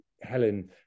Helen